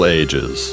ages